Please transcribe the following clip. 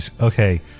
Okay